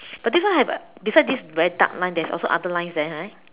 but this one have beside this very dark line there's also other lines there right